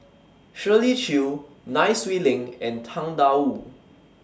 Shirley Chew Nai Swee Leng and Tang DA Wu